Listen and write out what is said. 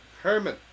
Herman